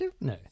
No